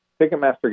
Ticketmaster